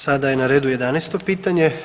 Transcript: Sada je na redu 11 pitanje.